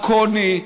דרקוני.